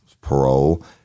parole